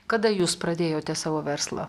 kada jūs pradėjote savo verslą